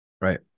Right